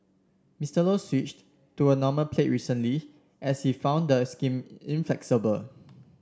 Mister Low switched to a normal plate recently as he found the scheme inflexible